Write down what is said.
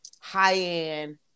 high-end